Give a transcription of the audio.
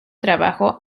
trabajo